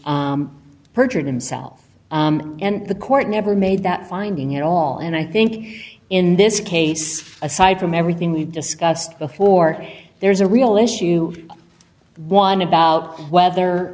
perjured himself and the court never made that finding at all and i think in this case aside from everything we've discussed before there's a real issue one about whether